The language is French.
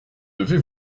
devrez